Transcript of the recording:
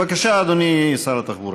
בבקשה, אדוני שר התחבורה.